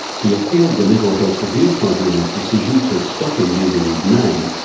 he appealed the mental health review tribunal's decision to stop him using his name,